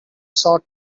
short